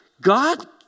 God